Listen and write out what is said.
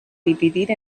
dividir